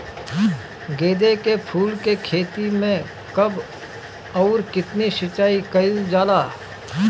गेदे के फूल के खेती मे कब अउर कितनी सिचाई कइल जाला?